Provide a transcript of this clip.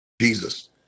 Jesus